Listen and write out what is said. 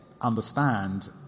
understand